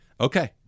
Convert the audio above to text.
Okay